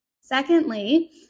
Secondly